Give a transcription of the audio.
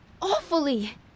Awfully